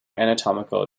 anatomical